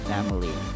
Family